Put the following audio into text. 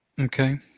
Okay